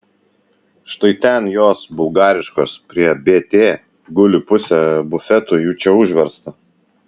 štai ten jos bulgariškos prie bt guli pusė bufeto jų čia užversta